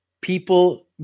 people